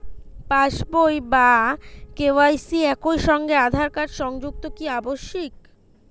পাশ বই ও কে.ওয়াই.সি একই সঙ্গে আঁধার কার্ড সংযুক্ত কি আবশিক?